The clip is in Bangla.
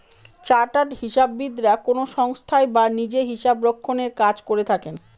চার্টার্ড হিসাববিদরা কোনো সংস্থায় বা নিজে হিসাবরক্ষনের কাজ করে থাকেন